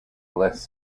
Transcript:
less